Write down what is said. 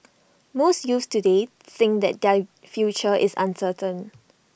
most youths today think that their future is uncertain